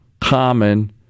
common